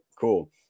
cool